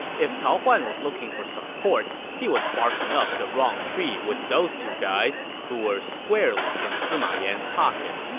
if cao huan was looking for support, he was barking up the wrong tree with those two guys, who were squarely in sima yan's pocket.